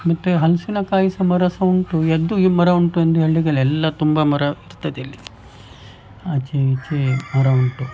ಮತ್ತು ಹಲಸಿನಕಾಯಿ ಸಹ ಮರ ಸಹ ಉಂಟು ಯಾವುದು ಈ ಮರ ಉಂಟು ಎಂದು ಹೇಳಲಿಕ್ಕಿಲ್ಲ ಎಲ್ಲ ತುಂಬ ಮರ ಇರ್ತದೆ ಇಲ್ಲಿ ಆಚೆ ಈಚೆ ಮರ ಉಂಟು